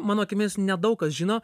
mano akimis nedaug kas žino